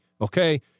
okay